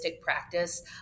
practice